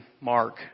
Mark